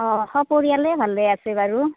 অঁ সপৰিয়ালে ভালে আছে বাৰু